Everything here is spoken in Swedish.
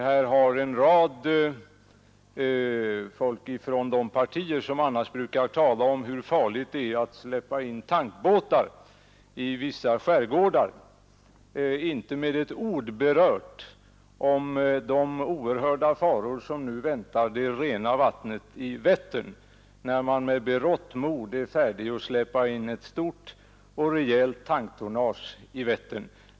Här har en rad talare från de partier som annars brukar tala om hur farligt det är att släppa in tankbåtar i vissa skärgårdar inte med ett enda ord berört de oerhörda faror som nu väntar det rena vattnet i Vättern, när man är färdig att med berått mod släppa in ett rejält stort tanktonnage i Vättern.